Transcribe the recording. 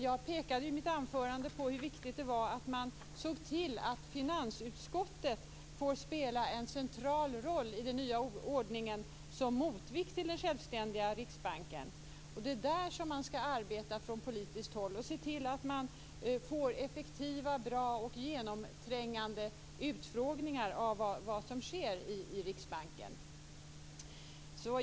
Jag pekade i mitt anförande på hur viktigt det är att se till att finansutskottet får spela en central roll i den nya ordningen som motvikt till den självständiga Riksbanken. Det är där man skall arbeta från politiskt håll. Det skall vara effektiva, bra och genomträngande utfrågningar av vad som sker i Riksbanken.